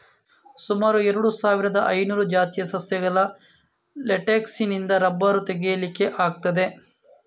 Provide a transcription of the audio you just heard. ಸುಮಾರು ಎರಡು ಸಾವಿರದ ಐನೂರು ಜಾತಿಯ ಸಸ್ಯಗಳ ಲೇಟೆಕ್ಸಿನಿಂದ ರಬ್ಬರ್ ತೆಗೀಲಿಕ್ಕೆ ಆಗ್ತದೆ